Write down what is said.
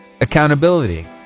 accountability